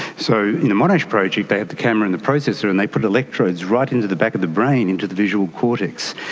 so in the monash project they have the camera and the processor and they put electrodes right into the back of the brain into the visual cortex.